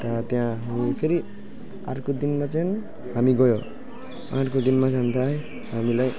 अन्त त्यहाँ हामी फेरि अर्को दिनमा चाहिँ हामी गयौँ अर्को दिनमा हामी त आयौँ हामीलाई